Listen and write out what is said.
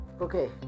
Okay